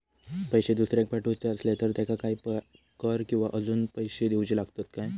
पैशे दुसऱ्याक पाठवूचे आसले तर त्याका काही कर किवा अजून पैशे देऊचे लागतत काय?